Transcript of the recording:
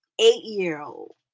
eight-year-old